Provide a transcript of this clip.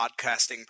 podcasting